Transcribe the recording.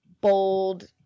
bold